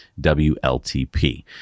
WLTP